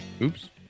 Oops